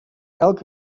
elk